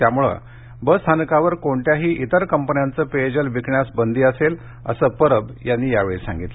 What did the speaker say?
त्यामुळे बसस्थानकावर कोणत्याही इतर कंपन्यांच पेयजल विकण्यास बंदी असेल असं परब यांनी यावेळी सांगितलं